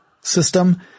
system